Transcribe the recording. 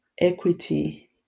equity